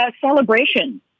celebration